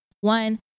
One